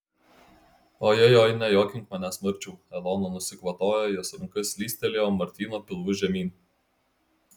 ojojoi nejuokink manęs marčiau elona nusikvatojo jos ranka slystelėjo martyno pilvu žemyn